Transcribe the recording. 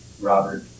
Robert